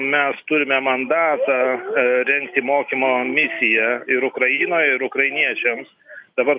mes turime mandatą rengti mokymo misiją ir ukrainoj ir ukrainiečiams dabar